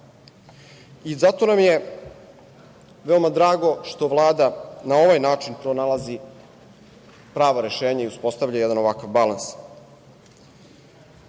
Zato nam je veoma drago što Vlada na ovaj način pronalazi prava rešenja i uspostavlja jedna ovakav balans. Veoma